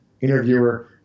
interviewer